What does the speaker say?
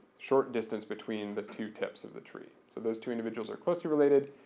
short distance between the two tips of the tree. so those two individuals are closely related,